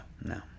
No